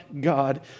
God